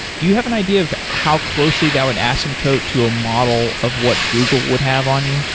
do you have an idea of how closely that would asymptote to a model of what google would have on you?